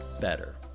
better